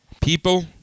People